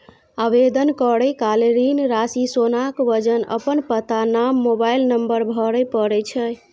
आवेदन करै काल ऋण राशि, सोनाक वजन, अपन पता, नाम, मोबाइल नंबर भरय पड़ै छै